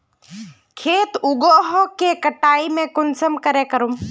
खेत उगोहो के कटाई में कुंसम करे करूम?